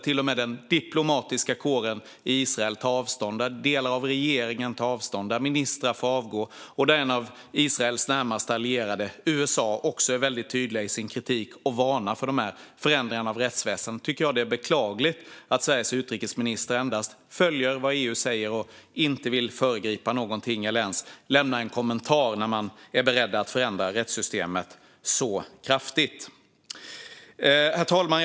Till och med den diplomatiska kåren i Israel tar avstånd, delar av regeringen tar avstånd, ministrar avgår och en av Israels närmaste allierade, USA, är också tydlig i sin kritik och varnar för förändringarna i rättsväsendet. Det är då beklagligt att Sveriges utrikesminister endast följer vad EU säger och inte vill föregripa någonting eller ens lämna en kommentar om när man är beredd att förändra rättssystemet så kraftigt. Herr talman!